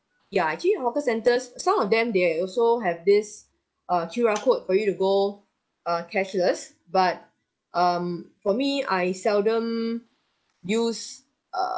ya actually hawker centres some of them they also have this uh Q_R code for you to go uh cashless but um for me I seldom use err